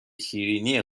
شیرینی